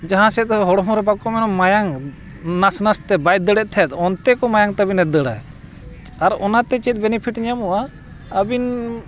ᱡᱟᱦᱟᱸ ᱥᱮᱫ ᱦᱚᱲ ᱦᱚᱸ ᱵᱟᱠᱚ ᱢᱮᱱᱟ ᱢᱟᱭᱟᱝ ᱱᱟᱥ ᱱᱟᱥ ᱛᱮ ᱵᱟᱭ ᱫᱟᱹᱲᱮᱫ ᱛᱟᱦᱮᱸᱫ ᱚᱱᱛᱮ ᱠᱚ ᱢᱟᱭᱟᱝ ᱛᱟᱹᱵᱤᱱᱮ ᱫᱟᱹᱲᱟᱭ ᱟᱨ ᱚᱱᱟᱛᱮ ᱪᱮᱫ ᱵᱮᱱᱤᱯᱤᱴ ᱧᱟᱢᱚᱜᱼᱟ ᱟᱹᱵᱤᱱ